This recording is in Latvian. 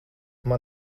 man